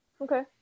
okay